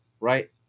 right